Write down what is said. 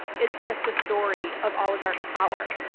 it's just a story of oligarch power.